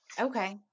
Okay